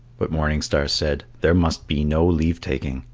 but morning star said, there must be no leave-taking,